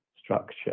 structure